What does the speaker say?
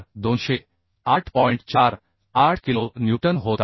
48 kilo newton होत आहे